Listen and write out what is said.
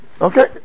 Okay